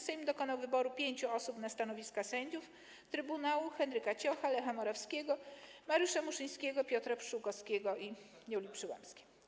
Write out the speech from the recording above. Sejm dokonał wyboru pięciu osób na stanowiska sędziów trybunału: Henryka Ciocha, Lecha Morawskiego, Mariusza Muszyńskiego, Piotra Pszczółkowskiego i Julii Przyłębskiej.